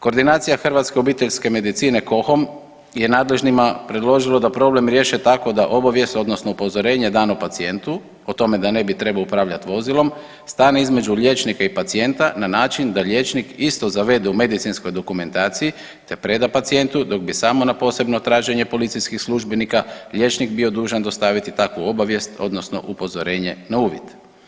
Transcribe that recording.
Koordinacija hrvatske obiteljske medicine KOHOM je nadležnima predložilo da problem riješe tako da obavijest odnosno upozorenje dano pacijentu o tome da ne bi trebao upravljati vozilom stane između liječnika i pacijenta na način da liječnik isto zavede u medicinskoj dokumentaciji, te preda pacijentu dok bi samo na posebno traženje policijskih službenika liječnik bio dužan dostaviti takvu obavijest odnosno upozorenje na uvid.